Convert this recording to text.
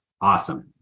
awesome